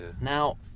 now